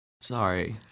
Sorry